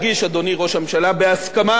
אדוני ראש הממשלה, אני רוצה להדגיש שבהסכמה,